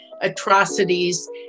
atrocities